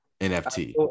NFT